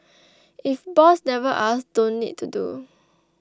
if boss never asks don't need to do